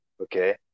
okay